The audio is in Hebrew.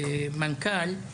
המנכ"ל.